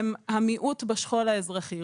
הן המיעוט בשכול האזרחי.